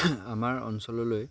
আমাৰ অঞ্চললৈ